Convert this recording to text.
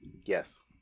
yes